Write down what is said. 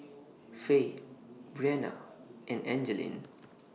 Fay Breana and Angeline